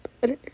better